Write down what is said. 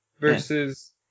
versus